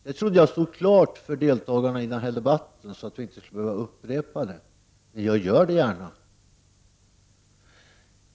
Det trodde jag stod klart för deltagarna i denna debatt så att vi inte skulle behöva upprepa det, men jag gör det gärna.